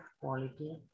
quality